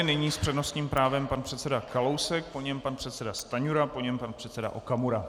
Nyní s přednostním právem pan předseda Kalousek, po něm pan předseda Stanjura, po něm pan předseda Okamura.